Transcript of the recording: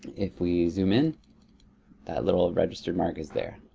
if we zoom in that little registered mark is there.